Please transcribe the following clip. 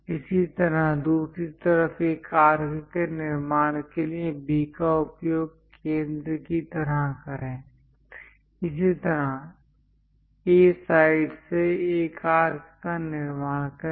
इसी तरह दूसरी तरफ एक आर्क के निर्माण के लिए B का उपयोग केंद्र की तरह करें इसी तरह A साइड से एक आर्क का निर्माण करें